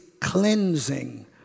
cleansing